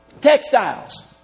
textiles